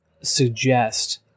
suggest